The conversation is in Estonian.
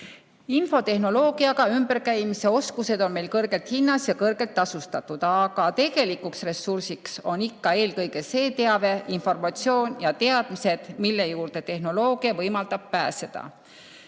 Infotehnoloogiaga ümberkäimise oskused on meil kõrgelt hinnas ja kõrgelt tasustatud, aga tegelikuks ressursiks on ikka eelkõige see teave, informatsioon ja teadmised, mille juurde tehnoloogia võimaldab pääseda.